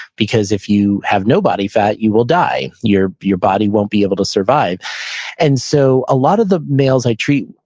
because if you have no body fat, you will die. your your body won't be able to survive and so a lot of the males i treat,